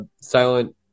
Silent